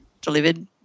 delivered